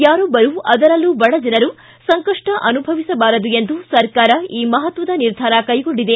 ಯಾರೊಬ್ಬರೂ ಅದರಲ್ಲೂ ಬಡಜನರು ಸಂಕಷ್ಟ ಅನುಭವಿಸಬಾರದು ಎಂದು ಸರ್ಕಾರ ಈ ಮಹತ್ವದ ನಿರ್ಧಾರ ಕೈಗೊಂಡಿದೆ